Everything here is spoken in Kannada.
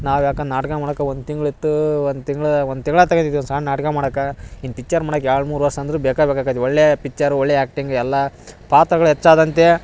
ನಾವು ಯಾಕನ್ ನಾಟಕ ಮಾಡಕ್ಕ ಒಂದು ತಿಂಗ್ಳು ಇತ್ತು ಒಂದು ತಿಂಗ್ಳು ಒಂದು ತಿಂಗ್ಳು ತಗಂಡಿದ್ದೀವಿ ಸಣ್ಣ ನಾಟಕ ಮಾಡಕ್ಕೆ ಇನ್ನ ಪಿಚ್ಚರ್ ಮಾಡಕ್ಕೆ ಎರಡು ಮೂರು ವರ್ಷ ಅಂದ್ರು ಬೇಕಾ ಬೇಕಾಗೈತಿ ಒಳ್ಳೇಯ ಪಿಚ್ಚರು ಒಳ್ಳೆಯ ಆ್ಯಕ್ಟಿಂಗ್ ಎಲ್ಲಾ ಪಾತ್ರಗಳು ಹೆಚ್ಚಾದಂತೆ